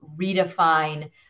redefine